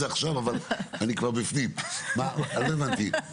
רגע, לא הבנתי.